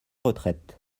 retraite